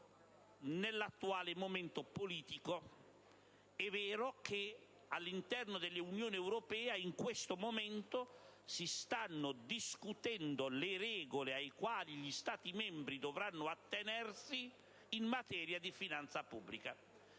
nell'attuale momento politico. È vero che all'interno dell'Unione europea, in questo momento, si stanno discutendo le regole alle quali gli Stati membri dovranno attenersi in materia di finanza pubblica.